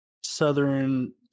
Southern